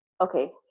Okay